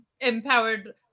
Empowered